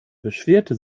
beschwerte